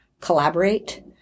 collaborate